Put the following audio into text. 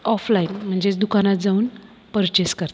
offline म्हणजेच दुकानात जाऊन परचेस करते